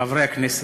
חברי הכנסת,